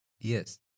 Yes